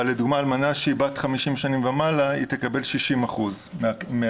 אבל לדוגמה אלמנה שהיא בת 50 שנה ומעלה תקבל 60% מהקצבה,